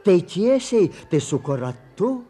tai tiesiai tai suko ratu